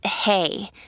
hey